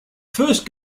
first